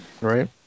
right